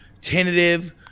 tentative